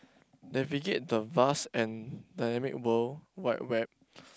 navigate the vast and dynamic world wide web